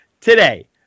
today